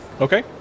Okay